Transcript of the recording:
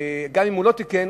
גם אם הוא לא תיקן,